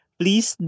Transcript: please